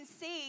see